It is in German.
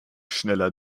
schneller